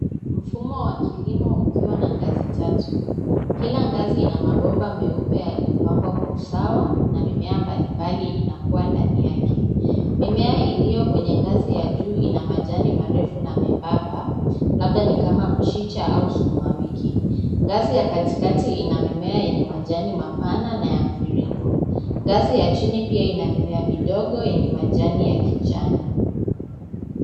Mfumo wa kilimo ukiwa na ngazi tatu. Kila ngazi ina mabomba meupe yaliyopangwa kwa usawa na mimea mbalimbali inakua ndani yake. Mimea iliyo kwenye ngazi ya juu ina majani marefu na membamba labda ni kama mchicha au sukuma wiki. Ngazi ya katikati ina mimea yenye majani mapana na ya mviringo. Ngazi ya chini pia ina mimea midogo yenye majani ya kijani.